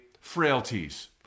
frailties